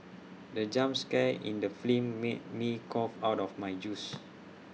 the jump scare in the film made me cough out my juice